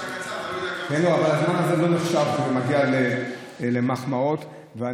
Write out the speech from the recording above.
הזמן שלו קצר, אתה